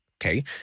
Okay